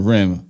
Rim